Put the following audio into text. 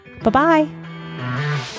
Bye-bye